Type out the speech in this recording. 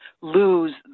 lose